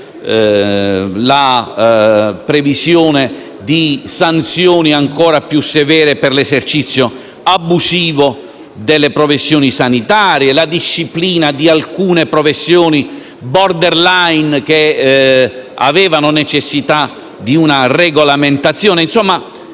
la previsione di sanzioni ancora più severe per l'esercizio abusivo delle professioni sanitarie, la disciplina di alcune professioni *borderline* che avevano necessità di una regolamentazione